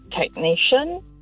technician